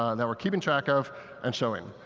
ah that we're keeping track of and showing.